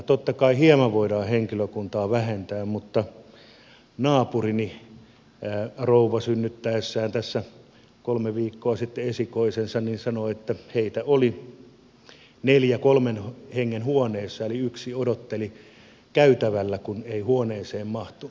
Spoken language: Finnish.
totta kai hieman voidaan henkilökuntaa vähentää mutta naapurini rouva synnytettyään tässä kolme viikkoa sitten esikoisensa sanoi että heitä oli neljä kolmen hengen huoneessa eli yksi odotteli käytävällä kun ei huoneeseen mahtunut